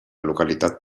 localitat